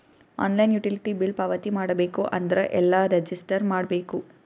Online utility bill ಪಾವತಿ ಮಾಡಬೇಕು ಅಂದ್ರ ಎಲ್ಲ ರಜಿಸ್ಟರ್ ಮಾಡ್ಬೇಕು?